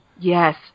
Yes